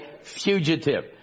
fugitive